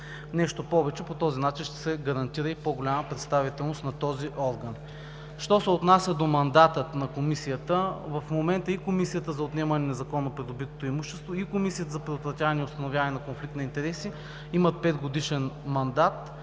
с корупцията. По този начин ще се гарантира и по-голяма представителност на този орган. Що се отнася до мандата на Комисията, в момента и Комисията за отнемане на незаконно придобито имущество, и Комисията за предотвратяване и установяване на конфликт на интереси имат петгодишен мандат,